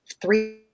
three